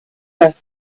earth